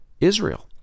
Israel